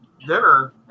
dinner